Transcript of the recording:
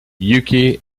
yuki